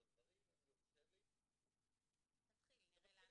אני רוצה לעשות סדר בדברים אם יורשה לי -- תתחיל ונראה לאן זה הולך.